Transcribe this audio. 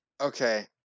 okay